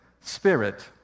spirit